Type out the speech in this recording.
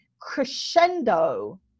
crescendo